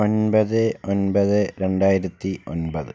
ഒൻപത് ഒൻപത് രണ്ടായിരത്തി ഒൻപത്